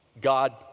God